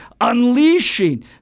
unleashing